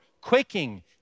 quaking